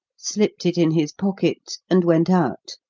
slipped it in his pocket, and went out,